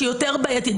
שהיא יותר בעייתית.